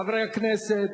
חברי הכנסת,